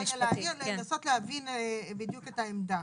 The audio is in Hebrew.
אני מבקשת רגע לנסות להבין בדיוק את העמדה.